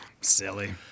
Silly